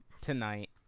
tonight